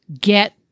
get